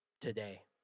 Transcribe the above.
today